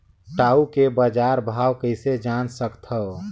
टाऊ के बजार भाव कइसे जान सकथव?